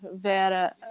Vera